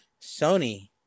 Sony